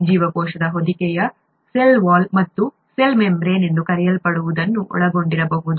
ಜೀವಕೋಶದ ಹೊದಿಕೆಯು cell wall ಮತ್ತು ಸೆಲ್ ಮೆಮ್ಬ್ರೇನ್ ಎಂದು ಕರೆಯಲ್ಪಡುವದನ್ನು ಒಳಗೊಂಡಿರಬಹುದು